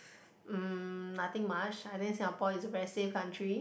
mm nothing much I think Singapore is a very safe country